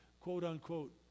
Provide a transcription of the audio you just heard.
quote-unquote